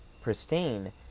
pristine –